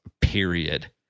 period